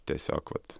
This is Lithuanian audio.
tiesiog vat